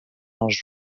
els